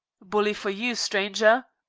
bully for you, stranger!